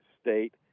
state